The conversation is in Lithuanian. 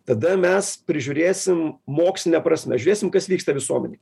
tada mes prižiūrėsim moksline prasme žiūrėsim kas vyksta visuomenėj